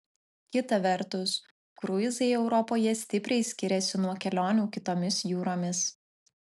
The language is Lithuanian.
kita vertus kruizai europoje stipriai skiriasi nuo kelionių kitomis jūromis